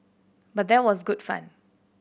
but that was good fun